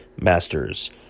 Masters